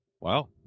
Wow